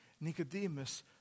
Nicodemus